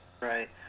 Right